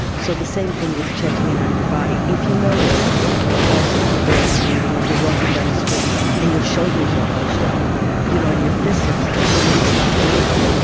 so the same thing with checking in on your body. if you notice also if you're going in a meeting or you're walking down the street and your shoulders are hunched up you know and your fists are clenched and you stop breathing,